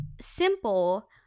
simple